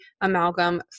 amalgam